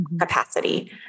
capacity